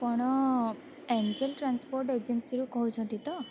ଆପଣ angel transport agency ରୁ କହୁଛନ୍ତି ତ